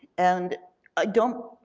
and i don't,